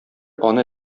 аны